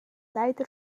leider